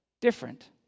different